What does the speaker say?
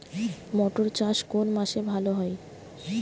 মটর চাষ কোন মাসে ভালো হয়?